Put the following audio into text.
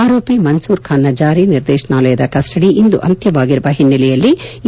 ಆರೋಪಿ ಮನ್ಸೂರ್ ಖಾನ್ನ ಜಾರಿ ನಿರ್ದೇಶನಾಲಯದ ಕಸ್ನಡಿ ಇಂದು ಅಂತ್ಯವಾಗಿರುವ ಹಿನ್ನೆಲೆಯಲ್ಲಿ ಇ